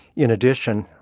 in addition,